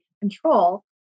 control